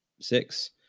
six